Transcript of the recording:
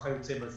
וכיוצא בזה.